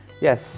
yes